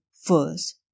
first